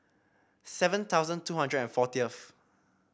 seven thousand two hundred and fortieth